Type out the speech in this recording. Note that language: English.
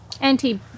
Anti